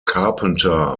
carpenter